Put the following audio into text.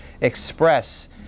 express